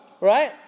Right